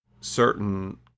certain